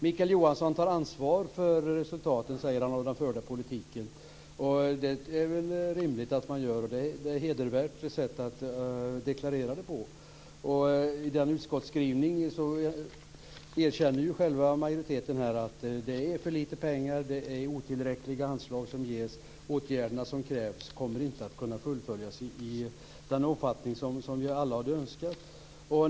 Mikael Johansson tar ansvar, säger han, för resultaten av den förda politiken. Det är väl rimligt att man gör det. Det är ett hedervärt sätt att deklarera det på. I utskottsskrivningen erkänner majoriteten att det är för lite pengar, att det är otillräckliga anslag som ges. Åtgärderna som krävs kommer inte att kunna fullföljas i den omfattning vi alla hade önskat.